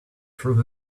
through